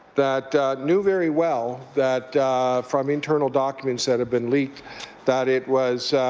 that knew very well that from internal documents that had been leaked that it was